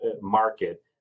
market